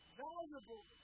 valuable